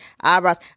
eyebrows